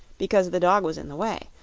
because the dog was in the way,